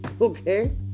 Okay